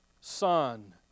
Son